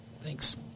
Thanks